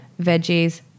veggies